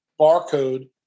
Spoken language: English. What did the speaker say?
barcode